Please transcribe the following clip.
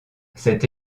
cette